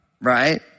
right